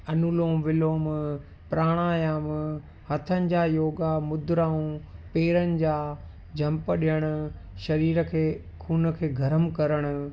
अनुलोम विलोम प्राणायाम हथनि जा योगा मुद्राऊं पैरनि जा जंप ॾियणु शरीर खे खून खे गर्म करणु